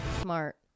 smart